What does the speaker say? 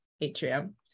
atrium